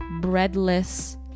breadless